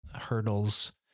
hurdles